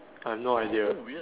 I have no idea